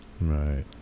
Right